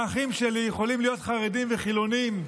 האחים שלי יכולים להיות חרדים וחילונים,